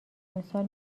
امسال